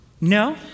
No